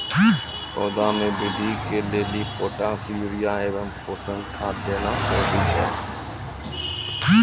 पौधा मे बृद्धि के लेली पोटास यूरिया एवं पोषण खाद देना जरूरी छै?